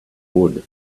wood